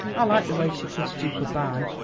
i liked the way she kissed you good-bye,